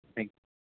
thank you